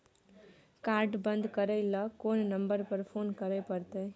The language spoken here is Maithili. कार्ड बन्द करे ल कोन नंबर पर फोन करे परतै?